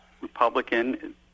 Republican